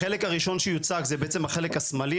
החלק הראשון שיוצג זה בעצם החלק השמאלי,